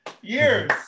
Years